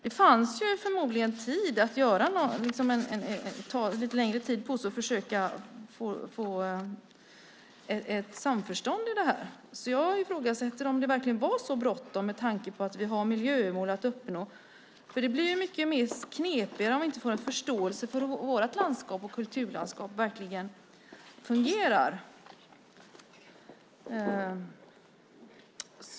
Det fanns förmodligen möjlighet att ta lite längre tid på sig och försöka få ett samförstånd i detta. Jag ifrågasätter om det verkligen var så bråttom med tanke på att vi har miljömål att uppnå. Det blir mycket knepigare om vi inte får en förståelse för hur vårt landskap och kulturlandskap fungerar.